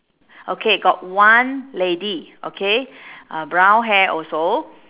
okay got one lady okay uh brown hair also